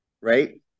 right